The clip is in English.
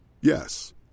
Yes